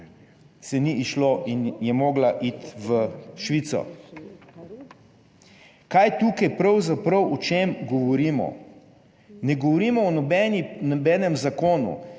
se ni izšlo in je mogla iti v Švico. Kaj tukaj pravzaprav o čem govorimo? Ne govorimo o nobeni, nobenem